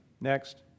Next